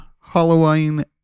Halloween